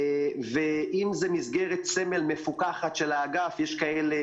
ואם זו מסגרת סמל מפוקחת של האגף יש כאלה